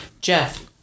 jeff